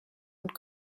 und